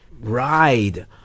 ride